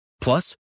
Plus